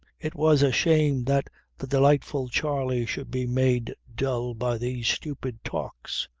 it was a shame that the delightful charley should be made dull by these stupid talks,